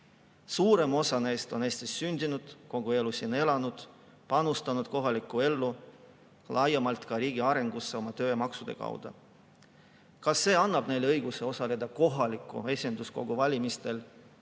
Suurem osa neist on Eestis sündinud, kogu elu siin elanud, panustanud kohalikku ellu, laiemalt ka riigi arengusse oma töömaksude kaudu. Kas see annab neile õiguse osaleda kohaliku esinduskogu valimistel